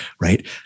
right